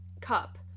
cup